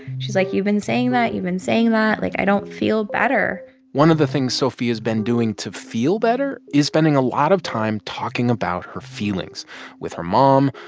she's like, you've been saying that. you've been saying that. like, i don't feel better one of the things sophia's been doing to feel better is spending a lot of time talking about her feelings with her mom,